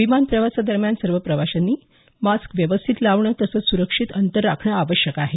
विमान प्रवासादरम्यान सर्व प्रवाशांनी मास्क व्यवस्थित लावणं तसंच सुरक्षित अंतर राखणं आवश्यक आहे